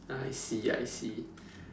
I see I see